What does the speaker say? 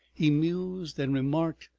he mused and remarked,